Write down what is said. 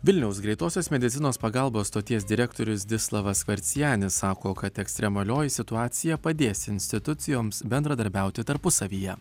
vilniaus greitosios medicinos pagalbos stoties direktorius zdislavas skorcenis sako kad ekstremalioji situacija padės institucijoms bendradarbiauti tarpusavyje